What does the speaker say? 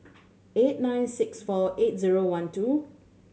eight nine six four eight zero one two